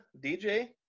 DJ